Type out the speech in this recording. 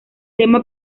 tema